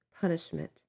punishment